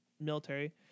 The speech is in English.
military